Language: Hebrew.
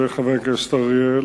הובא לידיעתי כי חרף הודעת הרמטכ"ל